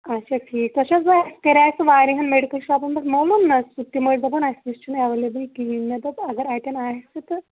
اَچھا ٹھیٖک تۄہہِ چھَوا سا کَریٛاے اسہِ واریاہَن میڈِکَل شاپَن پیٚٹھ معلوٗم نا تِم ٲسۍ دَپان اَسہِ نِش چھُنہٕ ایویلیبٔل کِہیٖنٛۍ مےٚ دوٚپ اَگر اَتین آسہِ تہِ تہٕ